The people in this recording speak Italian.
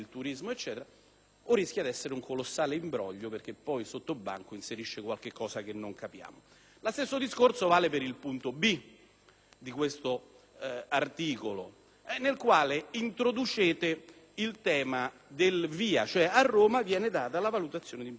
o rischia di essere un colossale imbroglio perché sotto banco inserisce qualcosa che non capiamo. Lo stesso discorso vale per il punto *b)* del medesimo articolo, nel quale introducete il tema della VIA: cioè, al Comune di Roma viene attribuita la valutazione di impatto ambientale.